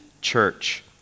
church